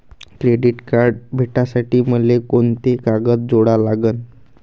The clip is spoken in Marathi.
क्रेडिट कार्ड भेटासाठी मले कोंते कागद जोडा लागन?